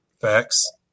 facts